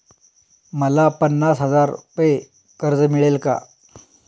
मला पन्नास हजार रुपये कर्ज मिळेल का?